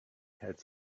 had